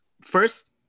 first